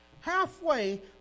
halfway